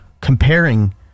comparing